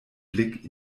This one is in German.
blick